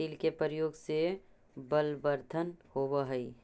तिल के प्रयोग से बलवर्धन होवअ हई